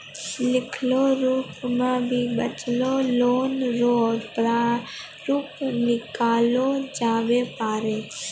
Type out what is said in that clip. लिखलो रूप मे भी बचलो लोन रो प्रारूप निकाललो जाबै पारै